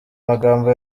magambo